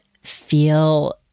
feel